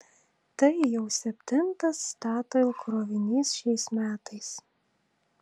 tai jau septintas statoil krovinys šiais metais